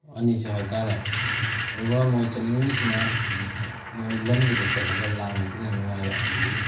ꯑꯅꯤꯁꯦ ꯍꯥꯏꯇꯥꯔꯦ ꯑꯗꯨꯒ ꯃꯣꯏ ꯆꯠꯅꯤꯡꯉꯤꯁꯤꯅ ꯑꯩꯅ ꯃꯣꯏ ꯂꯝꯗꯨꯗ ꯆꯠꯂꯒ ꯂꯥꯡꯕ ꯈꯤꯇꯪ ꯅꯨꯡꯉꯥꯏꯕ ꯑꯗꯨꯒꯤ